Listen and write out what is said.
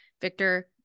Victor